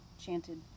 chanted